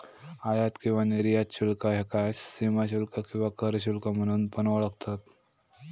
आयात किंवा निर्यात शुल्क ह्याका सीमाशुल्क किंवा कर शुल्क म्हणून पण ओळखतत